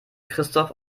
christoph